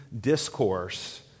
discourse